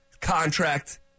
contract